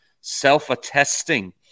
self-attesting